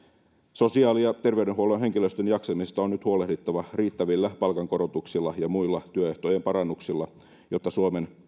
sosiaali ja terveydenhuollon henkilöstön jaksamisesta on nyt huolehdittava riittävillä palkankorotuksilla ja muilla työehtojen parannuksilla jotta suomen